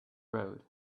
road